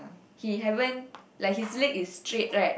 he haven't like his leg is straight right